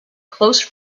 close